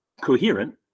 coherent